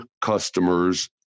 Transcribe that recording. customers